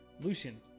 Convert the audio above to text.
lucian